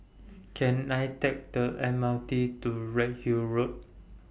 Can I Take The M R T to Redhill Road